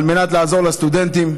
על מנת לעזור לסטודנטים,